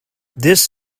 this